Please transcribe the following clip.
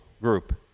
group